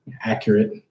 accurate